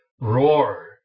roar